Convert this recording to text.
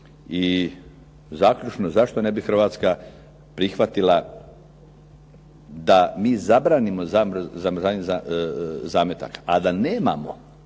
I zaključno, zašto ne bi Hrvatska prihvatila da mi zabranimo zamrzavanje zametaka, a da nemamo,